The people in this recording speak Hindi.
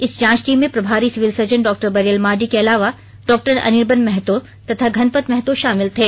इस जांच टीम में प्रभारी civil surgeon Dr Bariyal Mardi के अलावे डॉ अनिर्बन महतो तथा घनपत महतो शामिल थे